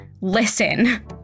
listen